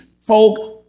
folk